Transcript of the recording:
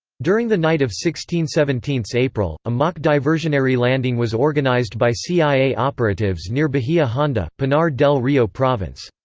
during the night of sixteen seventeen so april, a mock diversionary landing was organized by cia operatives near bahia honda, pinar del rio province.